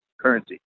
currency